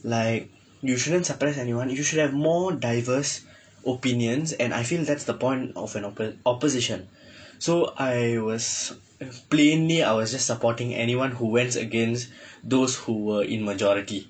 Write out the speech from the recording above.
like you shouldn't supress anyone you should have more diverse opinions and I feel that's the point of an ope~ opposition so I was plainly I was just supporting anyone who went against those who were in majority